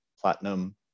Platinum